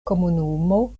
komunumo